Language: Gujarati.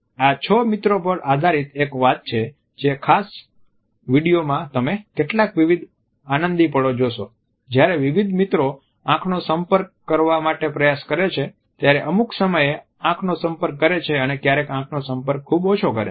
આ છ મિત્રો પર આધારિત એક વાત છે જે આ ખાસ વિડીયો માં તમે કેટલાક વિવિધ આનંદી પળો જોશો જ્યારે વિવિધ મિત્રો આંખનો સંપર્ક કરવા માટે પ્રયાસ કરે છે ત્યારે અમુક સમયે આંખોનો સંપર્ક કરે છે અને ક્યારેક આંખોનો સંપર્ક ખૂબ ઓછો કરે છે